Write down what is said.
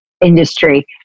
industry